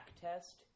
test